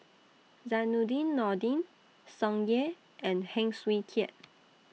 Zainudin Nordin Tsung Yeh and Heng Swee Keat